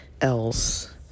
else